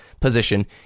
position